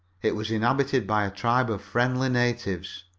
it was inhabited by a tribe of friendly natives.